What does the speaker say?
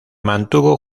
mantuvo